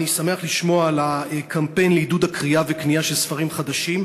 אני שמח לשמוע על הקמפיין לעידוד הקריאה וקנייה של ספרים חדשים,